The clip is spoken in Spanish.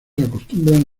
acostumbran